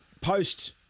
post